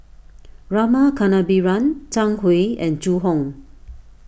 Rama Kannabiran Zhang Hui and Zhu Hong